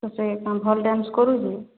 ତ ସେ କ'ଣ ଭଲ୍ ଡ୍ୟାନ୍ସ କରୁଛି